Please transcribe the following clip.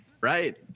right